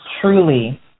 truly